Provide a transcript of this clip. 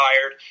tired